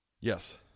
Yes